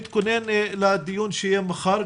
נתכונן לדיון שיהיה מחר,